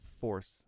force